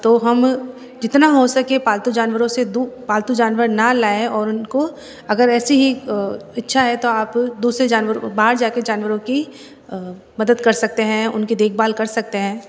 तो हम जितना हो सके पालतू जानवरों से पालतू जानवर न लायें और उनको अगर ऐसी ही इच्छा है तो आप दूसरे जानवरों बाहर जाकर जानवरों की मदद कर सकते हैं उनकी देखभाल कर सकते हैं